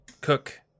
cook